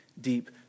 deep